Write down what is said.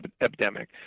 epidemic